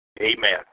Amen